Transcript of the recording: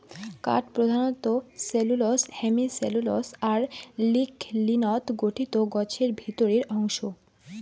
কাঠ প্রধানত cellulose, hemicellulose আর লিগলিনত গঠিত গছের ভিতরির অংশ